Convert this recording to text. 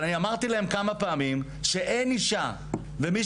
אבל אמרתי להם כמה פעמים שאין אישה ומי